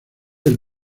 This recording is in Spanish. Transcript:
del